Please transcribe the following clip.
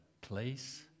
place